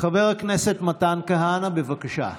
חבר הכנסת מתן כהנא, בבקשה.